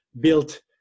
built